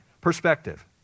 perspective